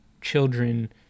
children